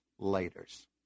lighters